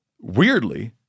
Weirdly